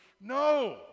no